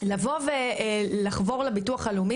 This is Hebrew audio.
לבוא ולחבור לביטוח הלאומי?